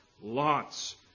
Lot's